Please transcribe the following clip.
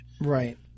Right